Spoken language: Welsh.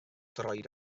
droed